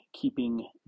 keeping